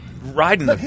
riding